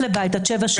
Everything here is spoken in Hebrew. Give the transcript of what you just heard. עד שבע שנים.